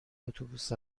اتوبوس